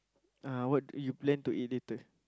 uh what you plan to eat later